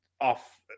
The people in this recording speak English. off